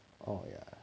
oh ya